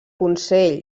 consell